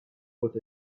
with